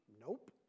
Nope